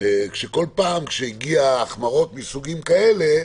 שכל פעם שהגיעו החמרות מסוגים כאלה,